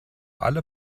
alle